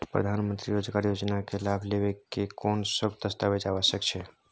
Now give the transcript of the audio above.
प्रधानमंत्री मंत्री रोजगार योजना के लाभ लेव के कोन सब दस्तावेज आवश्यक छै?